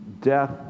death